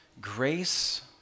grace